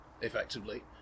effectively